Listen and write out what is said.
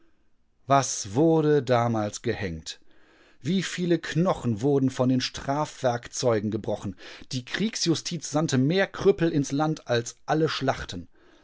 was wurde damals gehängt wieviele knochen wurden von den strafwerkzeugen gebrochen die kriegsjustiz sandte mehr krüppel ins land als alle schlachten